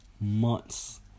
months